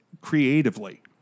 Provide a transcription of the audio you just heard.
creatively